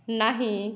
नहीं